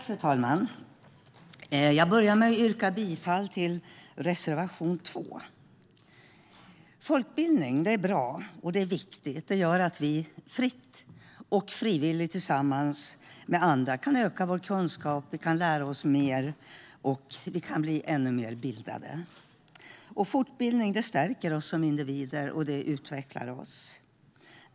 Fru talman! Jag börjar med att yrka bifall till reservation 2. Folkbildning är bra och viktigt. Den gör att vi fritt och frivilligt tillsammans med andra kan öka vår kunskap, lära oss mer och bli ännu mer bildade. Folkbildning stärker oss som individer och utvecklar oss.